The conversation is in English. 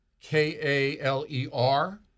K-A-L-E-R